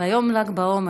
היום ל"ג בעומר,